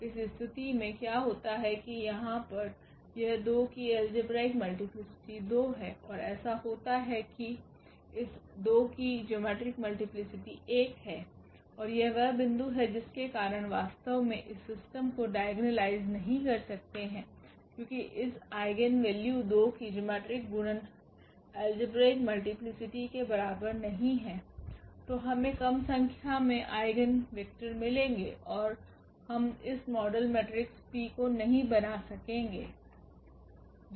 इस स्थिति में क्या होता है कि यहाँ यह 2 की अलजेबरीक मल्टीप्लीसिटी 2 है और ऐसा होता है कि इस 2 की ज्योमेट्रिक मल्टीप्लीसिटी 1 है और यह वह बिंदु है जिसके कारण वास्तव में हम सिस्टम को डाइगोनलाइज नहीं कर सकते हैं क्योंकि इस आइगेन वैल्यू 2 कि ज्योमेट्रिक गुणन अलजेबरीक मल्टीप्लीसिटी के बराबर नहीं है तो हमें कम संख्या मे आइगेन वेक्टर मिलेगे और हम इस मॉडल मेट्रिक्स P को नहीं बना सकेगे हैं